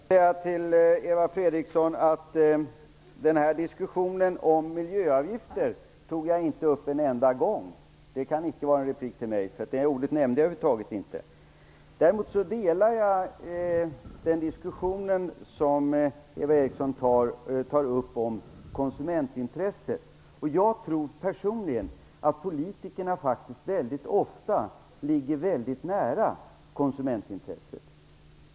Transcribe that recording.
Herr talman! Jag vill säga till Eva Fredriksson att jag inte tog upp diskussionen om miljöavgifter en enda gång. Det kan inte vara riktad till mig, därför att det ordet nämnde jag över huvud taget inte. Däremot instämmer jag i den diskussion som Eva Eriksson tar upp om konsumentintresset. Jag tror personligen att politikerna ofta ligger väldigt nära konsumentintressena.